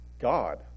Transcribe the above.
God